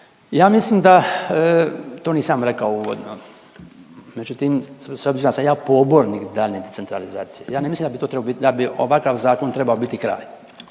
Ja mislim da to nisam rekao uvodno, znači tim s obzirom da sam ja pobornik daljnje centralizacije ja ne mislim da bi to trebao bit, da